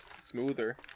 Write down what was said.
smoother